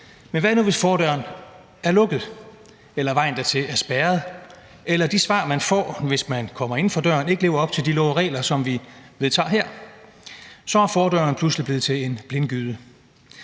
men hvad nu, hvis fordøren er lukket eller vejen dertil er spærret eller de svar, man får, hvis man kommer inden for døren, ikke lever op til de love og regler, som vi vedtager her? Så er fordøren pludselig blevet til en blindgyde.